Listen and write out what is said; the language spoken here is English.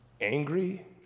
angry